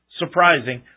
surprising